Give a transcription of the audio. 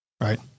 Right